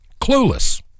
Clueless